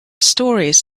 stories